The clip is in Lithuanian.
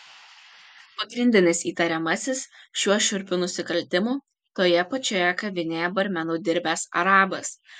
pagrindinis įtariamasis šiuo šiurpiu nusikaltimu toje pačioje kavinėje barmenu dirbęs arabas